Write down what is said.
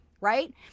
Right